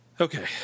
Okay